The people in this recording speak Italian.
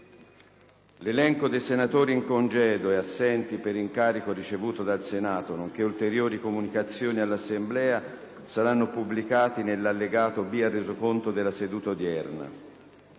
L’elenco dei senatori in congedo e assenti per incarico ricevuto dal Senato nonche´ ulteriori comunicazioni all’Assemblea saranno pubblicati nell’allegato B al Resoconto della seduta odierna.